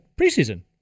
preseason